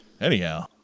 Anyhow